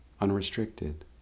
unrestricted